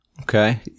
Okay